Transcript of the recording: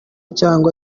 cyangwa